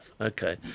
Okay